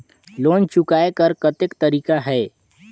Loan चुकाय कर कतेक तरीका है?